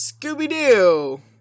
Scooby-Doo